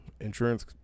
insurance